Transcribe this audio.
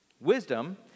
wisdom